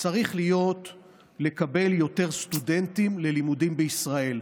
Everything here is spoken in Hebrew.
צריך להיות לקבל יותר סטודנטים ללימודים בישראל.